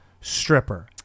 stripper